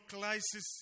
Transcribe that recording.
crisis